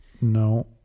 no